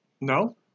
no